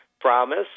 promise